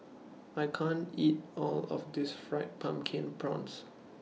I can't eat All of This Fried Pumpkin Prawns